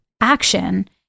action